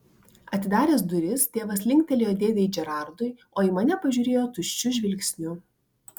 atidaręs duris tėvas linktelėjo dėdei džerardui o į mane pažiūrėjo tuščiu žvilgsniu